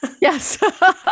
Yes